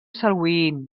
salween